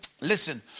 Listen